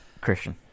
Christian